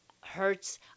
hurts